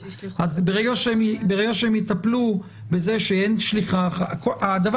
אז ברגע שהם יטפלו בזה שאין שליחה אחת הדבר